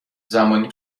زمانی